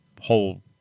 whole